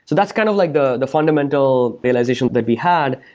so that's kind of like the the fundamental realization that we had,